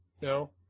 No